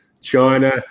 china